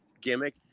gimmick